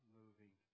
moving